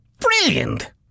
Brilliant